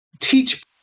teach